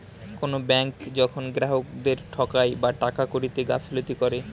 কোনো ব্যাঙ্ক যখন গ্রাহকদেরকে ঠকায় বা টাকা কড়িতে গাফিলতি করে